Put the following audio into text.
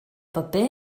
paper